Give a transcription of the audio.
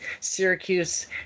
Syracuse